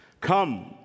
come